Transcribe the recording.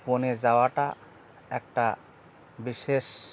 বনে যাওয়াটা একটা বিশেষ